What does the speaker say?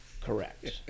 Correct